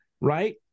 right